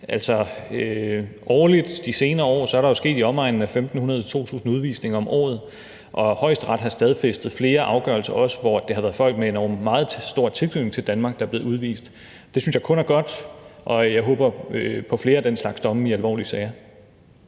I de senere år er der jo sket i omegnen af 1.500-2.000 udvisninger om året, og Højesteret har stadfæstet flere afgørelser, også hvor det har været folk med en endog meget stor tilknytning til Danmark, der er blevet udvist. Det synes jeg kun er godt, og jeg håber på flere af den slags domme i alvorlige sager.